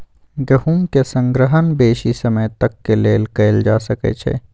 गेहूम के संग्रहण बेशी समय तक के लेल कएल जा सकै छइ